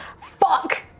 fuck